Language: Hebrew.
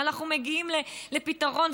ואנחנו מגיעים לפתרון,